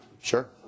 sure